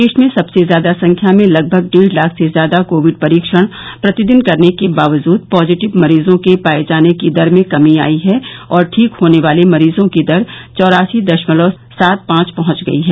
देश में सबसे ज्यादा संख्या में लगभग डेढ लाख से ज्यादा कोविड परीक्षण प्रतिदन करने के बावजूद पॉजिटिव मरीजों के पाये जाने की दर में कमी आई है और ठीक होने वाले मरीजों की दर चौरासी दशमलव सात पाच पहुंच गई है